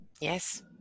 Yes